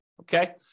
okay